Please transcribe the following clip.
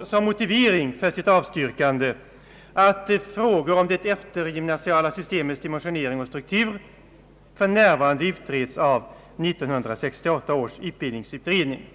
som motivering för sitt avstyrkande främst att frågor om det eftergymnasiala systemets dimensionering och struktur för närvarande utreds av 1968 års utbildningsutredning.